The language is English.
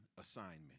assignment